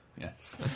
Yes